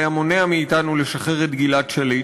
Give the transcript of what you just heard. הוא היה מונע מאתנו לשחרר את גלעד שליט,